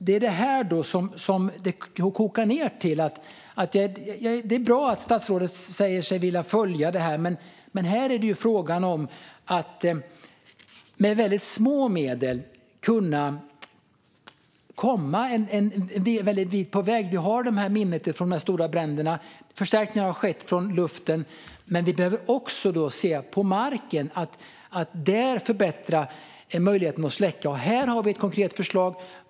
Det hela kokar ned till att det är bra att statsrådet säger sig vilja följa detta, men här är det fråga om att med väldigt små medel kunna komma en bit på väg. Vi har de stora bränderna i minnet, och förstärkningar har skett från luften, men vi behöver också förbättra möjligheterna att släcka från marken. Här har vi ett konkret förslag.